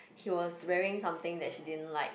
he was wearing something that she didn't like